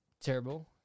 terrible